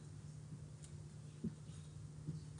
לפני שאנחנו נצא להפסקה?